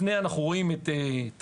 לפני המתווה אנו רואים את תמר.